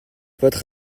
votre